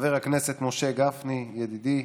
חבר הכנסת משה גפני, ידידי.